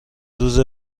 روز